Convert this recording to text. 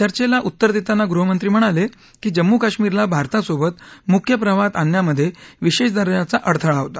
चर्चेला उत्तर देताना गृहमंत्री म्हणाले की जम्मू कश्मिरला भारतासोबत मुख्य प्रवाहात आणण्यामध्ये विशेष दर्जाच्या अडथळा होता